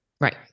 Right